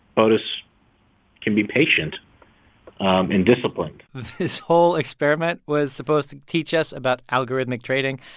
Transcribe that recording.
botus can be patient and disciplined this whole experiment was supposed to teach us about algorithmic trading.